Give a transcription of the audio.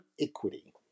equity